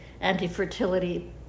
anti-fertility